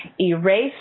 Erase